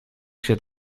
się